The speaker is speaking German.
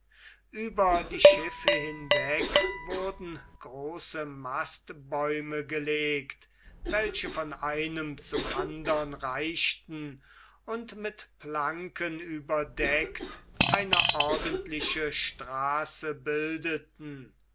ueber die schiffe hinweg wurden große mastbäume gelegt welche von einem zum andern reichten und mit planken überdeckt eine ordentliche straße bildeten